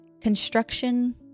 construction